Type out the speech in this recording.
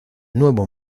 nuevo